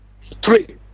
Three